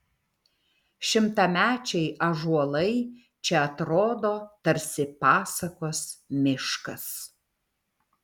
šimtamečiai ąžuolai čia atrodo tarsi pasakos miškas